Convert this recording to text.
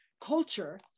culture